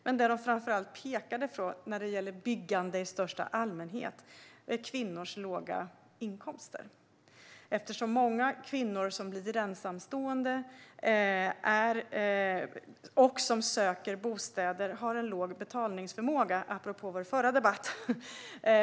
Men det som de framför allt pekade på när det gäller byggande i största allmänhet var kvinnors låga inkomster. Många kvinnor som blir ensamstående och som söker bostad har en låg betalningsförmåga, apropå vår förra debatt.